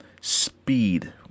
speed